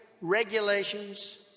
regulations